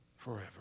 Forever